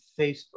facebook